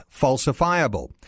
falsifiable